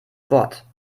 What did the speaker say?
wort